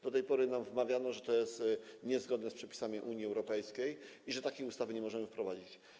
Do tej pory nam wmawiano, że to jest niezgodne z przepisami Unii Europejskiej i że takiej ustawy nie możemy wprowadzić.